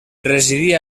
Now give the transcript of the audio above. residia